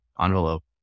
envelope